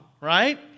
right